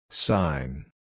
Sign